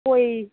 गय